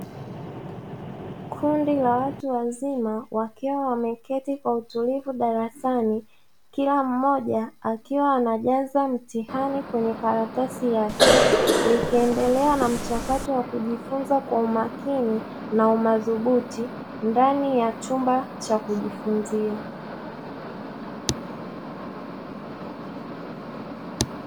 Kundi la watu wazima wakiwa wameketi kwa utulivu darasani kila mmoja akiwa anajaza mtihani kwenye karatasi yake, likiendelea na mchakato wa kujifunza kwa umakini na umadhubuti ndani ya chumba cha kujifunzia.